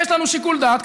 יש לנו שיקול דעת,